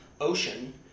ocean